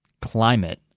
climate